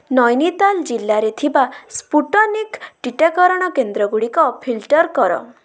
ନୈନିତାଲ ଜିଲ୍ଲାରେ ଥିବା ସ୍ପୁଟନିକ୍ ଟିକାକରଣ କେନ୍ଦ୍ରଗୁଡ଼ିକ ଫିଲ୍ଟର କର